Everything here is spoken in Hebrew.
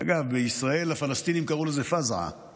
אגב, בישראל הפלסטינים קראו לזה "פזעה";